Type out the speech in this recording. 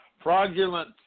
fraudulent